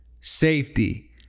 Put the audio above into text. safety